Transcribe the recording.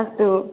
अस्तु